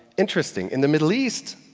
interesting! in the middle east,